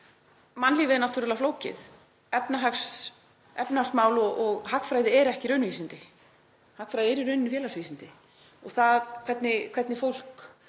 Mannlífið er náttúrulega flókið. Efnahagsmál og hagfræði eru ekki raunvísindi. Hagfræði er í raun félagsvísindi og það hvernig fólk